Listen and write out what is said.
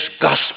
gospel